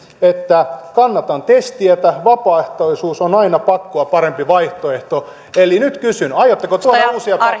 että kannatan tes tietä vapaaehtoisuus on aina pakkoa parempi vaihtoehto eli nyt kysyn aiotteko tuoda uusia